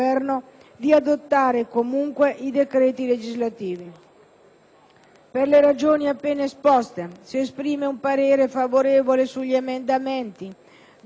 Per le ragioni appena esposte si esprime un parere favorevole sugli emendamenti 2.715 e 2.750,